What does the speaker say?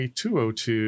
202